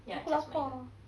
aku lapar